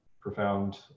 profound